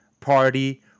party